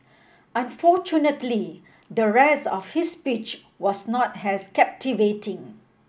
unfortunately the rest of his speech was not as captivating